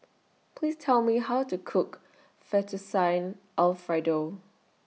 Please Tell Me How to Cook Fettuccine Alfredo